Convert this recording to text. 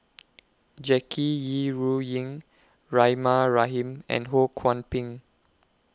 Jackie Yi Ru Ying Rahimah Rahim and Ho Kwon Ping